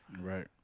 Right